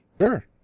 Sure